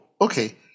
okay